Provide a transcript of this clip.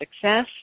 success